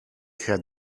cria